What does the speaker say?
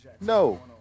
No